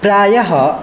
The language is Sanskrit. प्रायः